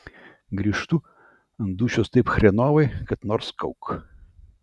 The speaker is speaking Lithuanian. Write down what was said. grįžtu ant dūšios taip chrenovai kad nors kauk